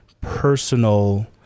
personal